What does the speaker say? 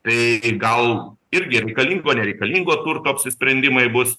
tai gal irgi reikalingo nereikalingo turto apsisprendimai bus